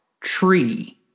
tree